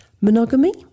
monogamy